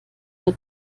der